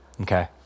Okay